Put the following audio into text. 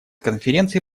конференции